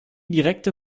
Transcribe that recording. direkte